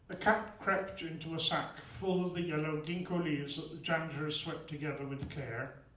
cat crept into a sack full of the yellow gingko leaves that the janitors swept together with care,